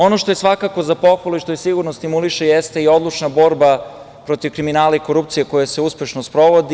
Ono što je svakako za pohvalu i što sigurno stimuliše jeste i odlučna borba protiv kriminala i korupcije, koja se uspešno sprovodi.